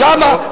למה,